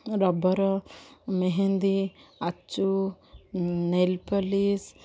rubber mehndi ଆଚୁ nail polish